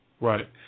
Right